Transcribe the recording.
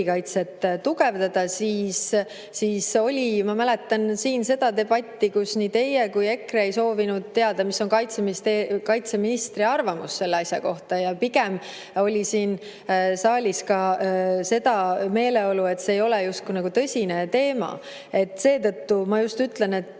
riigikaitset tugevdada. Ma mäletan siin seda debatti, kus nii teie kui ka EKRE ei soovinud teada, mis on kaitseministri arvamus selle asja kohta, ja pigem oli siin saalis ka seda meeleolu, et see ei ole justkui tõsine teema. Seetõttu ma ütlen, et